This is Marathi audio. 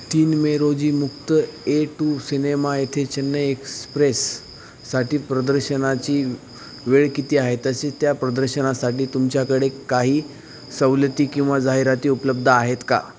तीन मे रोजी मुक्त ए टू सिनेमा येथे चेन्नई एक्सप्रेस साठी प्रदर्शनाची वेळ किती आहे तसे त्या प्रदर्शनासाठी तुमच्याकडे काही सवलती किंवा जाहिराती उपलब्ध आहेत का